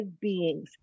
beings